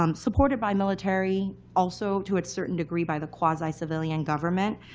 um supported by military, also to a certain degree by the quasi-civilian government,